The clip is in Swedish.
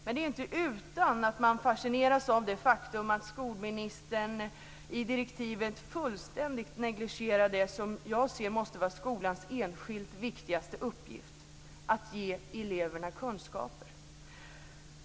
Men det är inte utan att man fascineras av det faktum att skolministern i direktivet fullständigt negligerar det som jag anser måste skolans enskilt viktigaste uppgift, att ge eleverna kunskaper.